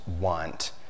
want